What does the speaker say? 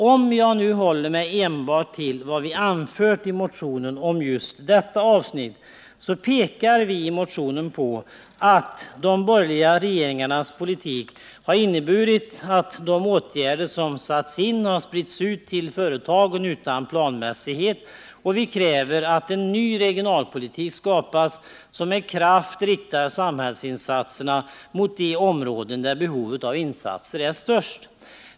Om jag nu håller mig enbart till vad vi anfört i motionen om just detta avsnitt, så pekar vi i motionen på att de borgerliga regeringarnas politik har inneburit att de åtgärder som satts in har spritts ut till företagen utan planmässighet, och vi kräver att en ny regionalpolitik skapas som med kraft riktar samhällsinsatserna mot de områden där behovet av insatser är störst.